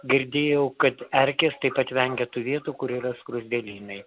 girdėjau kad erkės taip pat vengia tų vietų kur yra skruzdėlynai